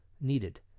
needed